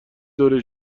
دوره